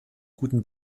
guten